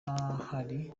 hari